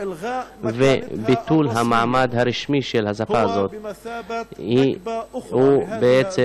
וביטול המעמד הרשמי של השפה הזאת הוא בעצם